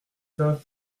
cinq